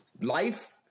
life